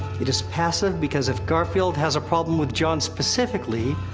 it is passive because if garfield has a problem with jon specifically,